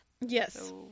Yes